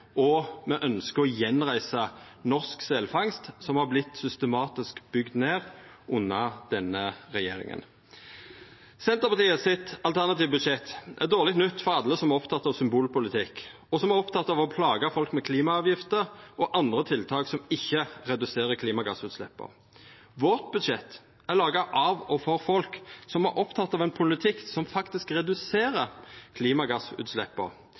og me ønskjer å gjenreisa norsk selfangst, som har vorte systematisk bygd ned under denne regjeringa. Senterpartiets alternative budsjett er dårleg nytt for alle som er opptekne av symbolpolitikk, og som er opptekne av å plaga folk med klimaavgifter og andre tiltak som ikkje reduserer klimagassutsleppa. Vårt budsjett er laga av og for folk som er opptekne av ein politikk som faktisk reduserer klimagassutsleppa.